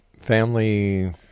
Family